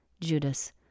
Judas